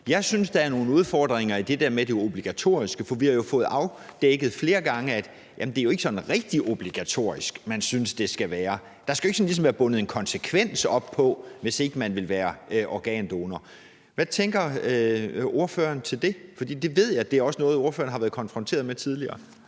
Jeg synes, der er nogle udfordringer i det der med det obligatoriske, for vi har jo fået afdækket flere gange, at det ikke er sådan rigtig obligatorisk, man synes det skal være. Der skal ikke sådan ligesom være bundet en konsekvens op på, at man ikke vil være organdonor. Hvad tænker ordføreren om det? For det ved jeg er noget ordføreren også har været konfronteret med tidligere.